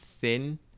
thin